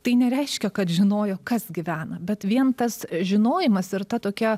tai nereiškia kad žinojo kas gyvena bet vien tas žinojimas ir ta tokia